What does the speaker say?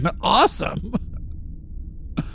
awesome